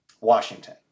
Washington